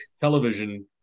television